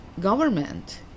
government